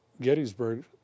Gettysburg